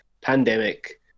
pandemic